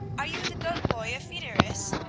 are you the goat-boy of fideris?